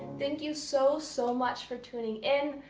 thank you so, so much for tuning in.